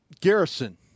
Garrison